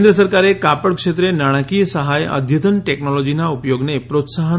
કેન્દ્ર સરકારે કાપડ ક્ષેત્રે નાણાંકીય સહાય અદ્યતન ટેકનોલોજીના ઉપયોગને પ્રોત્સાહન